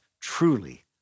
truly